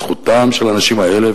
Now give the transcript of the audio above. זכותם של האנשים האלה,